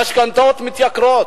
המשכנתאות מתייקרות.